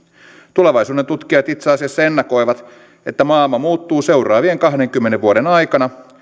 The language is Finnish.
tulevaisuudentutkijat itse asiassa ennakoivat että maailma muuttuu seuraavien kahdenkymmenen vuoden aikana